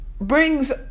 brings